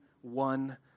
one